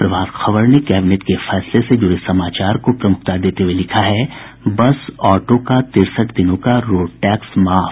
प्रभात खबर ने कैबिनेट के फैसले से जुड़े समाचार को प्रमुखता देते हुये लिखा है बस ऑटो का तिरसठ दिनों को रोड टैक्स माफ